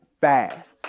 fast